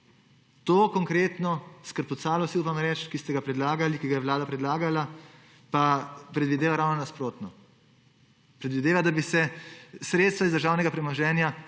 To, konkretno skrpucalu si upam reči, ki ste ga predlagali, ki ga je vlada predlagala, pa predvideva ravno nasprotno. Predvideva, da bi se sredstva iz državnega premoženja